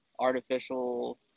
artificial